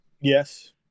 Yes